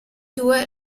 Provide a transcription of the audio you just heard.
due